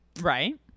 Right